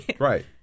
right